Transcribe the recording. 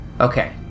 okay